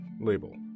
Label